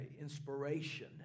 inspiration